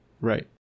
Right